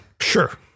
Sure